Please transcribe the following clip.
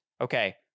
Okay